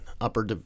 upper